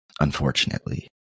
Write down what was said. unfortunately